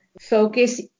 focus